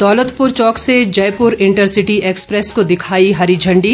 दौलतपुर चौक से Jaipur intercity express को दिखाई हरी झण्डी